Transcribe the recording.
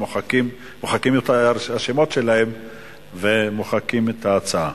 מוחקים את השמות שלהם ומוחקים את ההצעה.